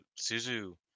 Suzu